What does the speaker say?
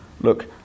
look